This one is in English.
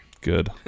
Good